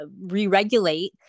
re-regulate